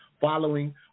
following